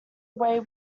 away